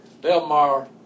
Delmar